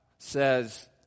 Says